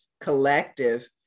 collective